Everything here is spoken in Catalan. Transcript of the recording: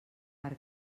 per